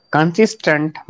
Consistent